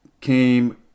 came